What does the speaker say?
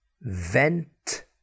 vent